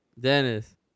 Dennis